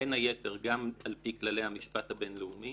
בין היתר גם על פי כללי המשפט הבינלאומי.